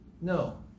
No